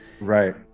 right